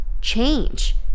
change